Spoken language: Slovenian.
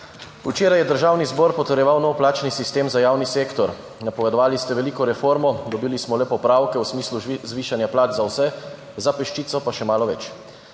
Včeraj je Državni zbor potrjeval nov plačni sistem za javni sektor. Napovedovali ste veliko reformo, dobili smo le popravke v smislu zvišanja plač za vse, za peščico pa še malo več.